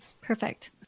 Perfect